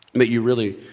but you really,